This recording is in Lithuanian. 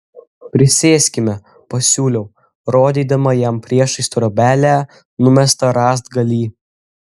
prisėskime pasiūliau rodydama jam priešais trobelę numestą rąstgalį